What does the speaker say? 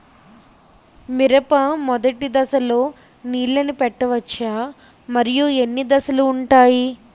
మిరప మొదటి దశలో నీళ్ళని పెట్టవచ్చా? మరియు ఎన్ని దశలు ఉంటాయి?